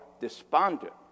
despondent